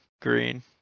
green